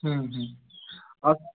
হুম হুম আপ